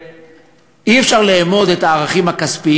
אי-אפשר לאמוד את הערך הכספי